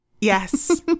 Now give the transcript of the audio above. Yes